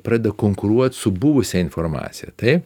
pradeda konkuruot su buvusia informacija taip